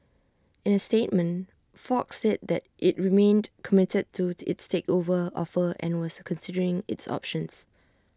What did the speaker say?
in A statement fox said that IT remained committed to its takeover offer and was considering its options